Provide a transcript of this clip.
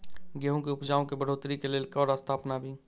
गेंहूँ केँ उपजाउ केँ बढ़ोतरी केँ लेल केँ रास्ता अपनाबी?